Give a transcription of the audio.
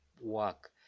work